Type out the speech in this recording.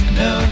no